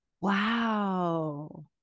Wow